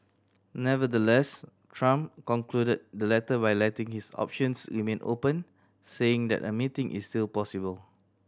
Nevertheless Trump concluded the letter by letting his options remain open saying that a meeting is still possible